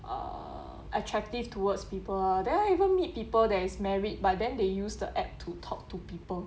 err attractive towards people then I even meet people that is married but then they use the app to talk to people